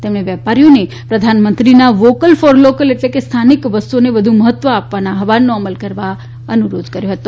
તેમણે વેપારીઓને પ્રધાનમંત્રી ના વોકલ ફોર લોકલ એટલે કે સ્થાનિક વસ્તુઓને વધુ મહત્વ આપવાના આહવાનનો અમલ કરવા અનુરોધ કર્યો હતો